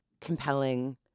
compelling